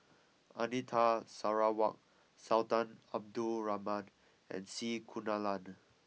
Anita Sarawak Sultan Abdul Rahman and C Kunalan